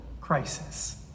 crisis